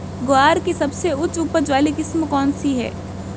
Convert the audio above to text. ग्वार की सबसे उच्च उपज वाली किस्म कौनसी है?